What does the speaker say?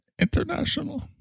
International